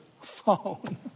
phone